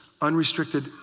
unrestricted